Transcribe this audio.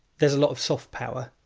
there's a lot of soft power.